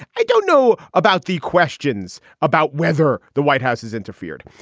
i don't know about the questions about whether the white house has interfered.